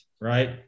Right